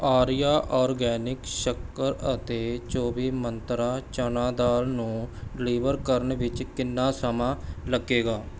Arya organic ਸ਼ੱਕਰ ਅਤੇ ਚੌਵੀ ਮੰਤਰਾ ਚਨਾ ਦਾਲ ਨੂੰ ਡਿਲੀਵਰ ਕਰਨ ਵਿੱਚ ਕਿੰਨਾ ਸਮਾਂ ਲੱਗੇਗਾ